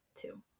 two